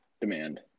demand